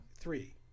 Three